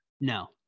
No